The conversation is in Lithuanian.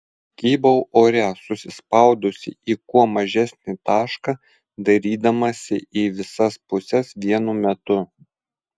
kybau ore susispaudusi į kuo mažesnį tašką dairydamasi į visas puses vienu metu